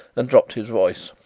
and dropped his voice.